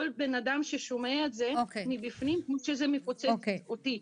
כל אדם ששומע את זה כמו שזה מפוצץ אותי.